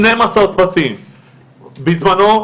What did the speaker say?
בזמנו,